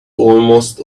almost